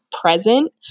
present